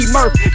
Murph